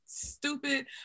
stupid